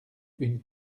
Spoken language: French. une